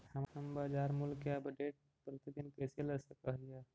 हम बाजार मूल्य के अपडेट, प्रतिदिन कैसे ले सक हिय?